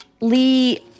lee